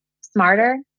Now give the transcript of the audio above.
smarter